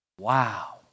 Wow